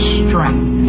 strength